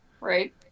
right